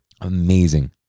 Amazing